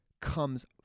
comes